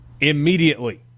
immediately